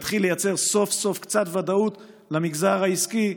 והוא יתחיל לייצר סוף-סוף קצת ודאות למגזר העסקי,